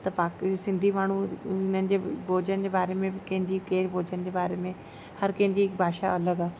त पाणि कीअं सिंधी माण्हू हिननि जे भोॼन जे बारे में बि कंहिंजी केरु भोॼन जे बारे में हर कंहिंजी भाषा अलॻि आहे